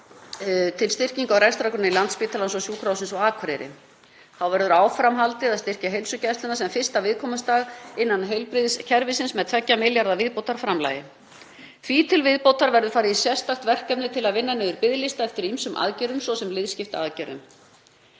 til styrkingar á rekstrargrunni Landspítalans og Sjúkrahússins á Akureyri. Þá verður áfram haldið að styrkja heilsugæsluna sem fyrsta viðkomustað innan heilbrigðiskerfisins með 2 milljarða viðbótarframlagi. Því til viðbótar verður farið í sérstakt verkefni til að vinna niður biðlista eftir ýmsum aðgerðum, svo sem liðskiptaaðgerðum.